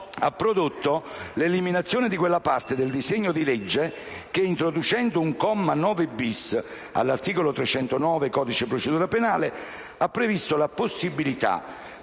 ha prodotto l'eliminazione di quella parte del disegno di legge che, introducendo un comma 9-*bis* all'articolo 309 del codice di procedura penale, ha previsto la possibilità